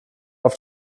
auf